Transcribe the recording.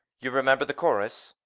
you remember the chorus.